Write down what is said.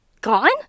gone